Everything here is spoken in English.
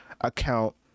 account